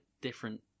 different